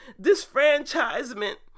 disfranchisement